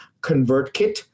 convertkit